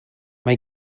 mae